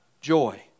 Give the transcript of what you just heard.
joy